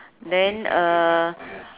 then uh